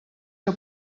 que